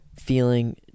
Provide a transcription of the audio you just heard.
feeling